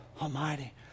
Almighty